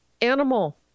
animal